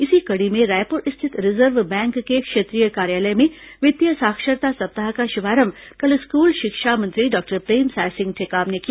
इसी कड़ी में रायपुर स्थित रिजर्व बैंक के क्षेत्रीय कार्यालय में वित्तीय साक्षरता सप्ताह का शुभारंभ कल स्कूल शिक्षा मंत्री डॉक्टर प्रेमसाय सिंह टेकाम ने किया